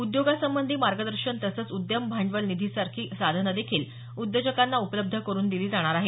उद्योगासंबंधी मार्गदर्शन तसंच उद्यम भांडवल निधीसारखी साधनं देखील उद्योजकांना उपलब्ध करुन दिली जाणार आहेत